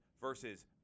versus